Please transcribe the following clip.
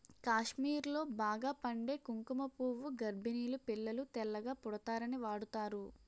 కాశ్మీర్లో బాగా పండే కుంకుమ పువ్వు గర్భిణీలు పిల్లలు తెల్లగా పుడతారని వాడుతారు